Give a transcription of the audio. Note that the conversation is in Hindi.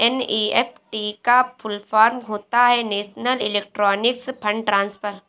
एन.ई.एफ.टी का फुल फॉर्म होता है नेशनल इलेक्ट्रॉनिक्स फण्ड ट्रांसफर